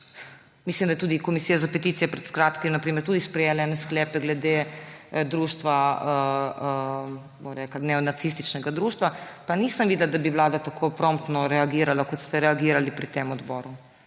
Mislim, da je tudi komisija za peticije pred kratkim na primer sprejela neke sklepe glede neonacističnega društva, pa nisem videla, da bi Vlada tako promptno reagirala, kot ste reagirali pri tem odboru.